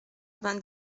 vingt